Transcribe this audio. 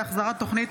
הודעה לסגנית